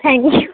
thank you